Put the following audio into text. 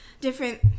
Different